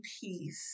peace